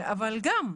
אבל גם,